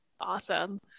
awesome